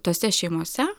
tose šeimose